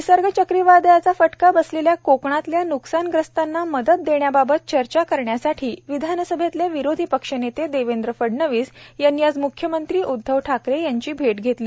निसर्ग चक्रीवादळाचा फटका बसलेल्या कोकणातल्या न्कसानग्रस्तांना मदत देण्याबाबत चर्चा करण्यासाठी विधानसभेतले विरोधी पक्ष नेते देवेंद्र फडनवीस यांनी आज म्ख्यमंत्री उद्धव ठाकरे यांची भेट घेतली